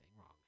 wrong